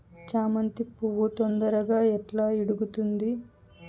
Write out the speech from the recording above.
చామంతి పువ్వు తొందరగా ఎట్లా ఇడుగుతుంది?